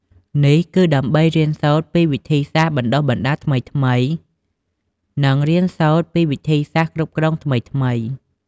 នេះគឺដើម្បី រៀនសូត្រពីវិធីសាស្ត្របណ្តុះបណ្តាលថ្មីៗ និងរៀនសូត្រពីវិធីសាស្ត្រគ្រប់គ្រងថ្មីៗ។